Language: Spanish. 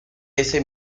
ese